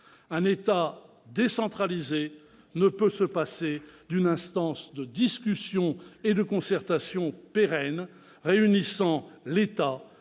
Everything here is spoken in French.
Un État décentralisé ne peut se passer d'une instance de discussion et de concertation pérenne réunissant l'État